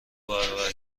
برابر